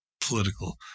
political